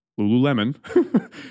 Lululemon